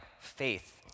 faith